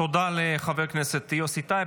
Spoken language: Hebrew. תודה לחבר הכנסת יוסי טייב.